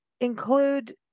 include